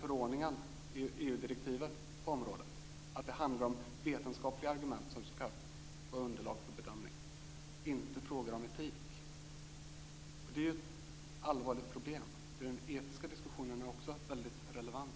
Förordningen i EU-direktivet på området säger att det är vetenskapliga argument som skall vara underlag för bedömning, inte frågor om etik. Det är ett allvarligt problem. Den etiska diskussionen är väldigt relevant.